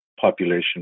population